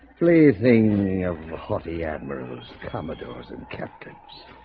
pleasingly of haughty admirals commodores and captain's